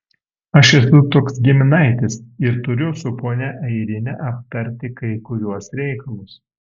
aš esu toks giminaitis ir turiu su ponia airine aptarti kai kuriuos reikalus